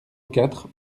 quatre